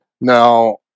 Now